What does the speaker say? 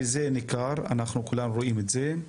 זה ניכר, כולנו רואים את זה,